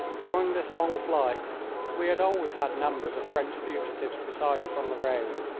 during this long flight we had always had numbers of french fugitives beside us on the road,